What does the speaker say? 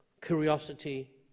curiosity